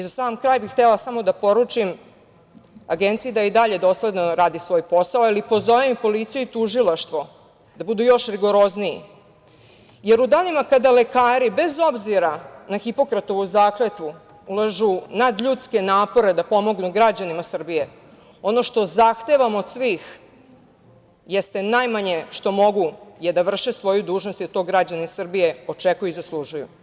Za sam kraj bih samo htela da poručim Agenciji da i dalje dosledno radi svoj posao i da pozovem policiju i tužilaštvo da budu još rigorozniji, jer u danima kada lekari bez obzira na Hipokratovu zakletvu ulažu nadljudske napore da pomognu građanima Srbije, ono što zahtevamo od svih jeste najmanje što mogu, da vrše svoju dužnost, jer to građani Srbije očekuju i zaslužuju.